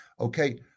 Okay